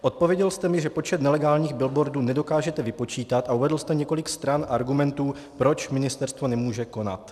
Odpověděl jste mi, že počet nelegálních billboardů nedokážete vypočítat, a uvedl jste několik stran argumentů, proč ministerstvo nemůže konat.